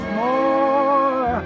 more